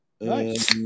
Nice